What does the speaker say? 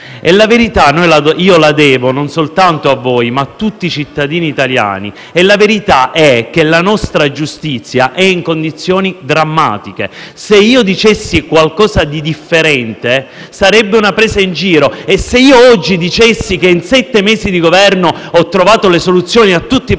La verità io la devo non soltanto a voi, ma a tutti i cittadini italiani. E la verità è che la nostra giustizia è in condizioni drammatiche: se io dicessi qualcosa di differente, sarebbe una presa in giro. Se io oggi dicessi che in sette mesi di Governo ho trovato le soluzioni a tutti i